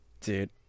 Dude